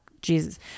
Jesus